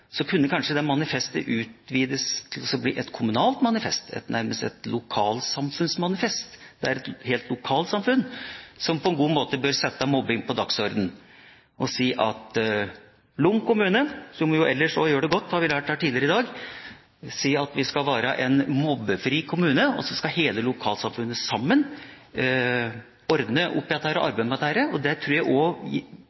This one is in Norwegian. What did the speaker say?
kunne kanskje det manifestet utvides til å bli et kommunalt manifest, nærmest et lokalsamfunnsmanifest, der hele lokalsamfunn på en god måte kan sette mobbing på dagsordenen, f.eks. å si at Lom kommune – som ellers gjør det godt, har vi lært her tidligere i dag – skal være en mobbefri kommune, og så skal hele lokalsamfunnet sammen ordne